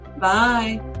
Bye